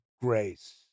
grace